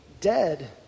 dead